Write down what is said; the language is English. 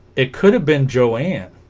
it could have been joanne